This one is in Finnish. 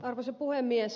arvoisa puhemies